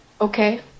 Okay